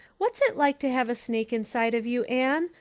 whats it like to have a snake inside of you, anne.